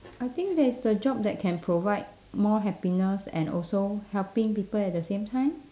I think that is the job that can provide more happiness and also helping people at the same time